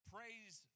Praise